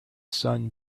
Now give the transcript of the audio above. sun